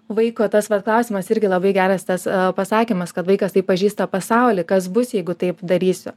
vaiko tas vat klausimas irgi labai geras tas pasakymas kad vaikas taip pažįsta pasaulį kas bus jeigu taip darysiu